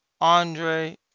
Andre